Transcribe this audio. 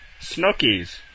Snookies